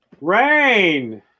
rain